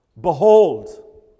Behold